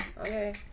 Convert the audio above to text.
Okay